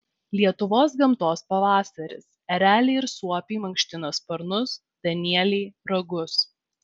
lietuvos gamtos pavasaris ereliai ir suopiai mankština sparnus danieliai ragus